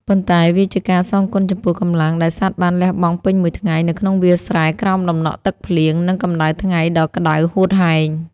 ប៉ុន្តែវាជាការសងគុណចំពោះកម្លាំង ដែលសត្វបានលះបង់ពេញមួយថ្ងៃនៅក្នុងវាលស្រែក្រោមតំណក់ទឹកភ្លៀង និងកម្តៅថ្ងៃដ៏ក្តៅហួតហែង។